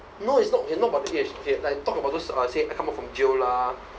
no it's not it's not about the age okay like talk talk about those uh say come out from jail lah